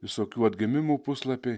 visokių atgimimų puslapiai